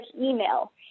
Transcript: email